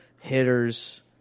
hitters